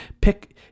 pick